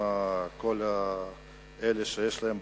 אבל אני מדבר על,